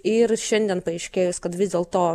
ir šiandien paaiškėjus kad vis dėl to